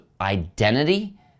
identity